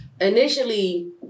initially